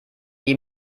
wie